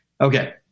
Okay